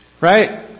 Right